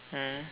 mm